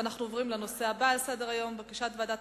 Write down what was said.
אנחנו עוברים לנושא הבא שעל סדר-היום: בקשת ועדת